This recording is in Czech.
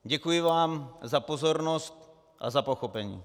Děkuji vám za pozornost a za pochopení.